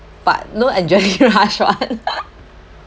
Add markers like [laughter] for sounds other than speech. but no adrenaline rush [one] [laughs]